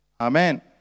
Amen